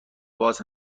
باز